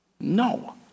no